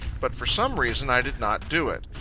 but for some reason i did not do it,